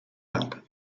laken